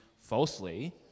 falsely